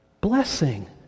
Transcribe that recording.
Blessing